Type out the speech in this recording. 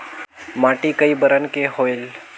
माटी कई बरन के होयल?